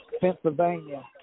Pennsylvania